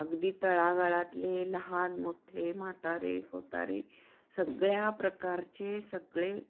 अगदी तळागाळातले लहान मोठे म्हातारे कोतारे सगळ्या प्रकारचे सगळे